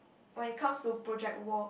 when it comes to project work